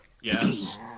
Yes